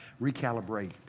recalibrate